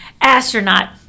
astronaut